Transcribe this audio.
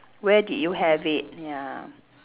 where did you have it ya